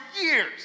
years